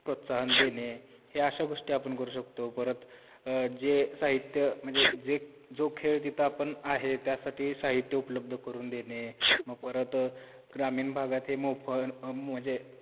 प्रोत्साहन देणे हे अशा गोष्टी आपण करू शकतो परत जे साहित्य म्हणजे जे जो खेळ तिथं आपण आहे त्यासाठी साहित्य उपलब्ध करून देणे मग परत ग्रामीण भागात हे मोफत म्हणजे